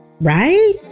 Right